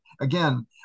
again